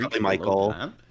Michael